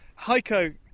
Heiko